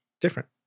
different